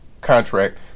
contract